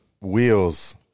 wheels